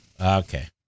Okay